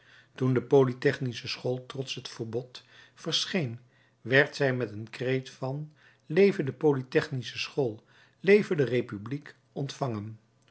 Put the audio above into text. toen de polytechnische school trots het verbod verscheen werd zij met den kreet van leve de polytechnische school leve de republiek ontvangen